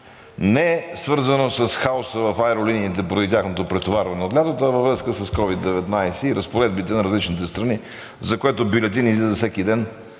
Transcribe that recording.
несвързано с хаоса в авиолиниите – поради тяхното претоварване от лятото, а във връзка с COVID-19 и разпоредбите на различните страни, за което всеки ден